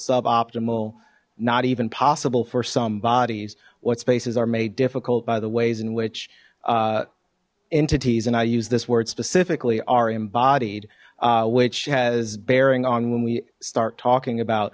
suboptimal not even possible for some bodies what spaces are made difficult by the ways in which entities and i use this word specifically are embodied which has bearing on when we start talking about